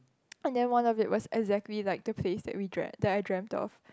and then one of the was exactly like the place that we drea~ that I dreamt of